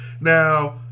Now